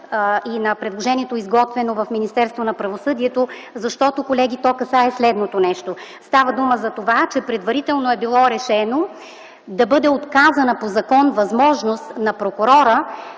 на правосъдието, защото, колеги, то касае следното нещо. Става дума за това, че предварително е било решено да бъде отказана по закон възможност на прокурора